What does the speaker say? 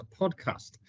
Podcast